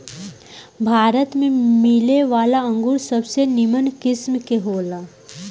भारत में मिलेवाला अंगूर सबसे निमन किस्म के होला